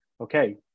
Okay